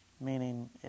Meaning